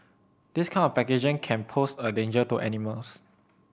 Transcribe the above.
this kind of packaging can pose a danger to animals